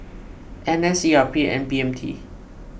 N S E R P and B M T